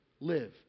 live